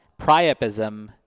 Priapism